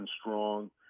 strong